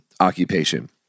occupation